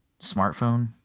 smartphone